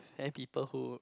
then people who